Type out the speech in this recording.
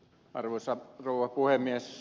arvoisa rouva puhemies